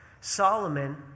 Solomon